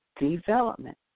development